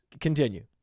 continue